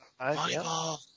Moneyball